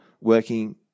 working